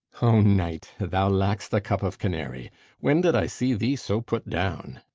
o knight, thou lack'st a cup of canary when did i see thee so put down?